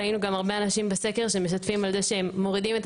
ראינו גם הרבה אנשים בסקר על זה שהם מורידים את